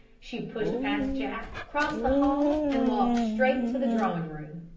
she pushed past jack, crossed the hall, and walked straight into the drawing-room.